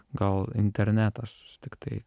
gal internetas tiktai